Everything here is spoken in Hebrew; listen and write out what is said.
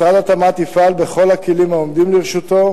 משרד התמ"ת יפעל בכל הכלים העומדים לרשותו